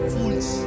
Fools